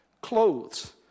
clothes